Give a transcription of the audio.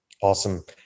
Awesome